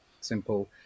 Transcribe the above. simple